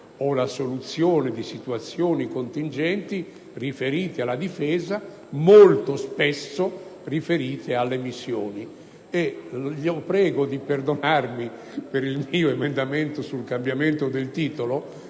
o la soluzione di situazioni contingenti riferite alla difesa e, molto spesso, riferite alle missioni. Vi prego di perdonarmi per l'emendamento a mia firma sul cambiamento del titolo,